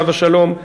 עליו השלום.